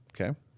Okay